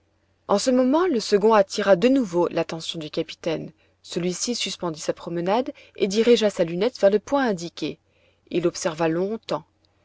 en ce moment le second attira de nouveau l'attention du capitaine celui-ci suspendit sa promenade et dirigea sa lunette vers le point indiqué il l'observa longtemps